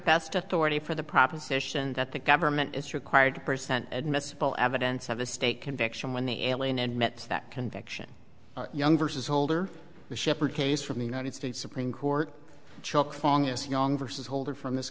past authority for the proposition that the government is required to present admissible evidence of a state conviction when the alien and met that conviction young versus holder the sheppard case from the united states supreme court chuck fong is young versus holder from this